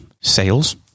sales